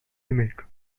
remake